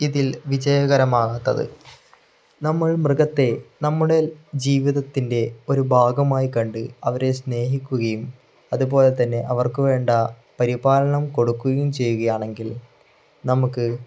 ഇതിൽ വിജയകരമാകാത്തത് നമ്മൾ മൃഗത്തെ നമ്മുടെ ജീവിതത്തിൻ്റെ ഒരു ഭാഗമായി കണ്ട് അവരെ സ്നേഹിക്കുകയും അതുപോലെ തന്നെ അവർക്ക് വേണ്ട പരിപാലനം കൊടുക്കുകയും ചെയ്യുകയാണെങ്കിൽ നമുക്ക്